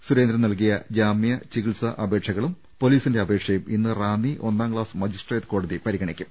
സുരേന്ദ്രൻ നൽകിയ ജാമ്യ ചികിത്സാ അപേക്ഷകളും പൊലീസിന്റെ അപേ ക്ഷയും ഇന്ന് റാന്നി ഒന്നാം ക്ലാസ് മജിസ്ട്രേറ്റ് കോടതി പരിഗണി ക്കും